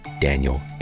Daniel